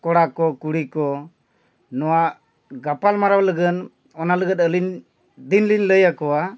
ᱠᱚᱲᱟ ᱠᱚ ᱠᱩᱲᱤ ᱠᱚ ᱱᱚᱣᱟ ᱜᱟᱯᱟᱞ ᱢᱟᱨᱟᱣ ᱞᱟᱹᱜᱤᱫ ᱚᱱᱟ ᱞᱟᱹᱜᱤᱫ ᱚᱱᱟ ᱞᱟᱹᱜᱤᱫ ᱟᱹᱞᱤᱧ ᱫᱤᱱ ᱞᱤᱧ ᱞᱟᱹᱭᱟᱠᱚᱣᱟ